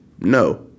No